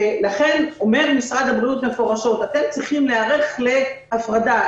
לכן אומר משרד הבריאות במפורש: אתם צריכים להיערך להפרדה,